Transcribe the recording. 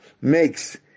makes